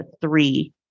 three